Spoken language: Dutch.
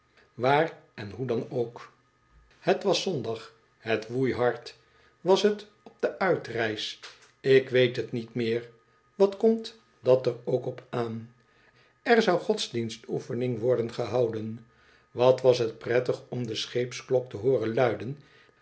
waar en hoe dan ook het was zondag het woei hard was het op de uitreis ik weet het niet meer wat komt dat er ook op aan er zou godsdienstoefening worden gehouden wat was het prettig om de scheepsklok te hooren luiden